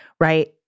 right